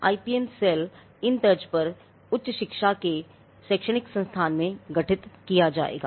IPM cell इन तर्ज पर उच्च शिक्षा के एक शैक्षणिक संस्थान में गठित किया जाएगा